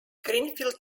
greenfield